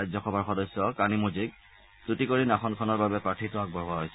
ৰাজ্যসভাৰ সদস্য কানিমজিক টুটিকৰিন আসনখনৰ বাবে প্ৰাৰ্থীত্ব আগবঢ়োৱা হৈছে